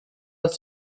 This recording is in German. ist